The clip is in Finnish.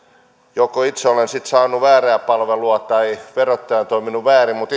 joko itse olen sitten saanut väärää palvelua tai verottaja on toiminut väärin mutta